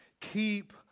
Keep